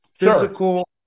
Physical